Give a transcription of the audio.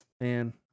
man